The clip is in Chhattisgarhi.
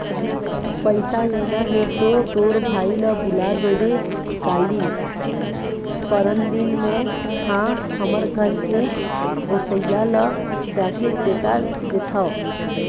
पइसा लेना हे तो तोर भाई ल बुला देबे काली, परनदिन में हा हमर घर के गोसइया ल जाके चेता देथव